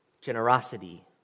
generosity